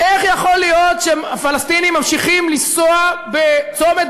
איך יכול להיות שפלסטינים ממשיכים לנסוע בצומת